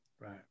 Right